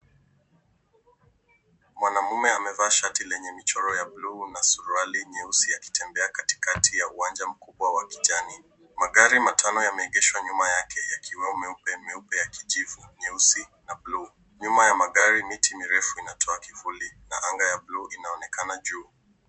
Mwanaume amevaa shati lenye michoro ya bluu na suruali nyeusi akitembea katikati ya uwanja mkubwa wa kijani. Magari matano yameegeshwa nyuma yake yakiwa meupe, meupe, ya kijivu, nyeusi na bluu. Nyuma ya magari, miti mirefu inatoa kivuli na anga ya bluu inaonekana juu.